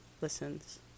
listens